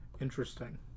interesting